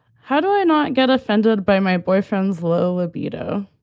how do i not get offended by my boyfriend's low libido?